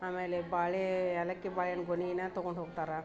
ಆಮೇಲೆ ಬಾಳೆ ಏಲಕ್ಕಿ ಬಾಳೆಹಣ್ ಗೊನೆನ ತಗೊಂಡು ಹೋಗ್ತಾರೆ